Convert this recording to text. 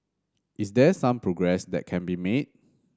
is there some progress that can be made